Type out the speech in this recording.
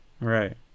Right